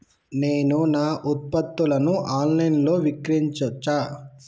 నేను నా ఉత్పత్తులను ఆన్ లైన్ లో విక్రయించచ్చా?